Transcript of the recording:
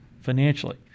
financially